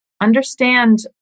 Understand